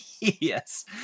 yes